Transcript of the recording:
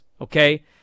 okay